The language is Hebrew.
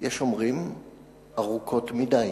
יש אומרים ארוכות מדי.